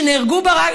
שנהרגו בה,